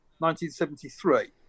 1973